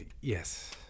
yes